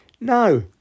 no